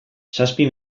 zazpi